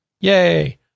Yay